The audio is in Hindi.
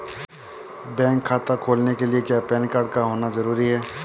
बैंक खाता खोलने के लिए क्या पैन कार्ड का होना ज़रूरी है?